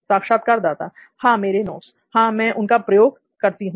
साक्षात्कारदाता हां मेरे नोट्स हां मैं उनका प्रयोग करती हूं